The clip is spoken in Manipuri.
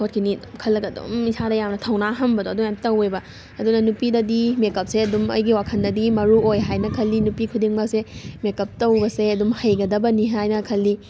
ꯈꯣꯠꯈꯤꯅꯤ ꯑꯗꯨꯝ ꯈꯜꯂꯒ ꯑꯗꯨꯝ ꯏꯁꯥꯗ ꯌꯥꯝꯅ ꯊꯧꯅꯥ ꯍꯟꯕꯗꯣ ꯑꯗꯣ ꯌꯥꯝ ꯇꯧꯋꯦꯕ ꯑꯗꯨꯅ ꯅꯨꯄꯤꯗꯗꯤ ꯃꯦꯀꯞꯁꯦ ꯑꯗꯨꯝ ꯑꯩꯒꯤ ꯋꯥꯈꯟꯗꯗꯤ ꯃꯔꯨ ꯑꯣꯏ ꯍꯥꯏꯅ ꯈꯜꯂꯤ ꯅꯨꯄꯤ ꯈꯨꯗꯤꯡꯃꯛꯁꯦ ꯃꯦꯀꯞ ꯇꯧꯕꯁꯦ ꯑꯗꯨꯝ ꯍꯩꯒꯗꯕꯅꯤ ꯍꯥꯏꯅ ꯈꯜꯂꯤ